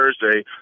Thursday